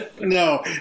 No